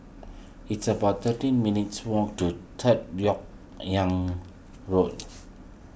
it's about thirteen minutes' walk to Third Lok Yang Road